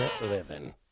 living